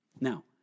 Now